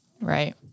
Right